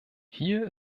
hier